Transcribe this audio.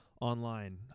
online